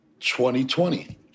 2020